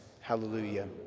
Hallelujah